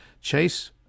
Chase